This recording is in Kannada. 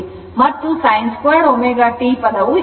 ಮತ್ತು sin2ω t ಪದವು ಇರುತ್ತದೆ